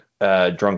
drunk